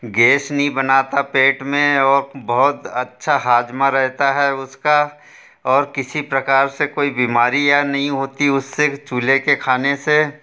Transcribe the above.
guess नहीं बनता पेट में और बहुत अच्छा हाजमा रहता है उसका और किसी प्रकार से कोई बीमारियाँ नहीं होती उससे चूल्हे के खाने से